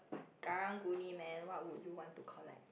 garang-guni man what would you want to collect